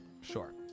Sure